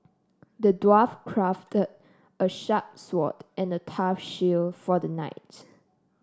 the dwarf crafted a sharp sword and a tough shield for the knight